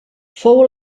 fou